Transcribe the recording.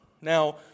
Now